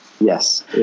Yes